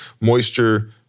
moisture